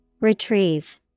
Retrieve